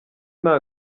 nta